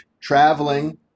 traveling